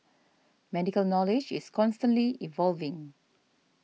medical knowledge is evolving